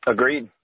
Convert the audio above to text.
Agreed